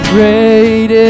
Great